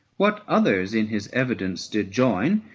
what others in his evidence did join,